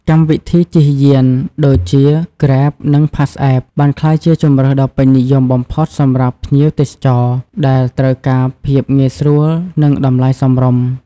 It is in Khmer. កម្មវិធីជិះយានដូចជា Grab និង PassApp បានក្លាយជាជម្រើសដ៏ពេញនិយមបំផុតសម្រាប់ភ្ញៀវទេសចរដែលត្រូវការភាពងាយស្រួលនិងតម្លៃសមរម្យ។